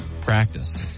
practice